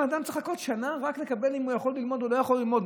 ואדם צריך לחכות שנה רק לקבל אם הוא יכול ללמוד או לא יכול ללמוד.